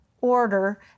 order